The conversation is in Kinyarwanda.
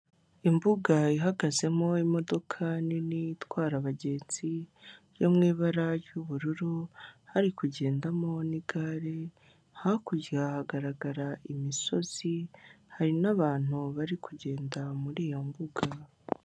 Imbuga ihagazemo imodoka nini itwara abagenzi yo mu ibara ry'ubururu hari kugendamo nigare hakurya hagaragara imisozi hari n'abantu bari kugenda muri iyo mbuga.